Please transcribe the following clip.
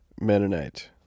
Mennonite